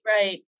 right